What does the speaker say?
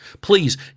Please